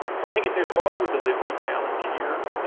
so i think there's also a delivery challenge here.